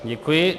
Děkuji.